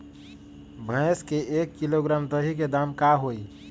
भैस के एक किलोग्राम दही के दाम का होई?